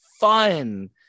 fun